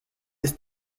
ist